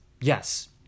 yes